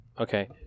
okay